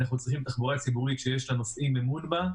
אנחנו צריכים תחבורה ציבורית שיש לנוסעים אמון בה.